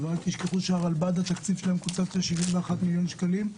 אל תשכחו שתקציב הרלב"ד קוצץ ל-71 מיליון שקלים,